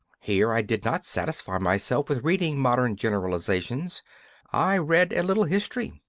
here i did not satisfy myself with reading modern generalisations i read a little history.